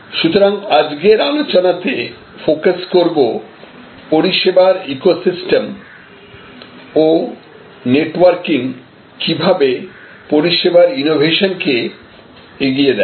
সুতরাং আজকের আলোচনাতে ফোকাস করবপরিষেবার ইকোসিস্টেম ও নেটওয়ার্কিং কিভাবে পরিষেবার ইনোভেশন কে এগিয়ে দেয়